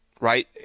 right